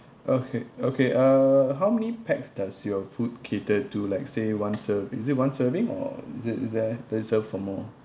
okay okay uh how many pax does your food cater to like say one se~ is it one serving or is it is there does it serve for more